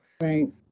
right